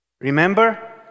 Remember